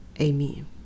amen